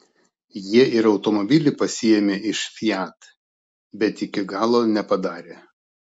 jie ir automobilį pasiėmė iš fiat bet iki galo nepadarė